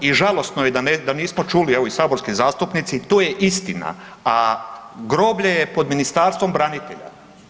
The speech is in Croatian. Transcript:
I žalosno je da nismo čuli, evo i saborski zastupnici to je istina, a groblje je pod Ministarstvom branitelja.